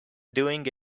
doing